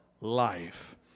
life